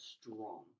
strong